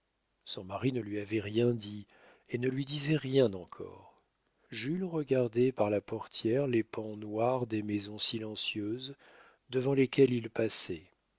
son mari ne lui avait rien dit et ne lui disait rien encore jules regardait par la portière les pans noirs des maisons silencieuses devant lesquelles il passait